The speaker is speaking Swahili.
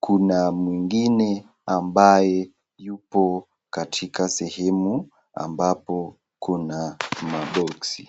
kuna mwingine ambaye yupo katika sehemu ambapo kuna maboks .